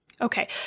Okay